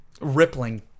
Rippling